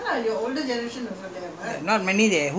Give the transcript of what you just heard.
the T_C_I T_C_I all are younger boys